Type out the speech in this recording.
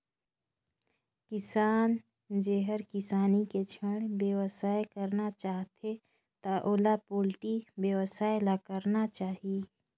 किसान जेहर किसानी के छोयड़ बेवसाय करना चाहथे त ओला पोल्टी बेवसाय ल करना चाही